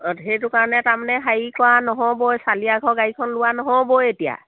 সেইটো কাৰণে তাৰমানে হেৰি কৰা নহ'বই চালিয়া ঘৰ গাড়ীখন লোৱা নহ'বই এতিয়া